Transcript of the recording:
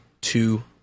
two